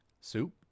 soup